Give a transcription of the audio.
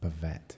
Bavette